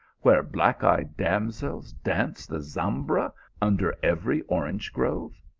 where black-eyed damsels dance the zambra under every orange grove?